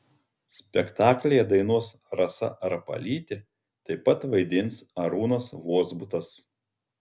spektaklyje dainuos rasa rapalytė taip pat vaidins arūnas vozbutas